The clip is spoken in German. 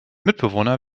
mitbewohner